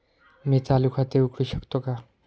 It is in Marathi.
मी चालू खाते उघडू शकतो का?